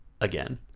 again